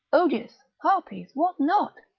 odious, harpies, what not?